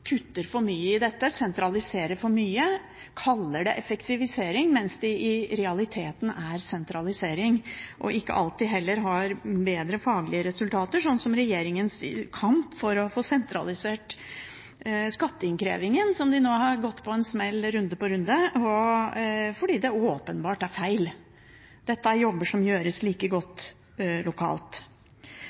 kutter for mye i dette, sentraliserer for mye – kaller det effektivisering, mens det i realiteten er sentralisering – og heller ikke alltid får bedre faglige resultater, slik som regjeringens kamp for å få sentralisert skatteinnkrevingen, der de runde på runde har gått på en smell, fordi det åpenbart er feil. Dette er jobber som gjøres like godt lokalt.